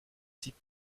type